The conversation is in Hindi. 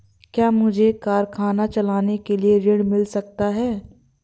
क्या मुझे कारखाना चलाने के लिए ऋण मिल सकता है?